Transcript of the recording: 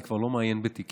אני כבר לא מעיין בתיקים.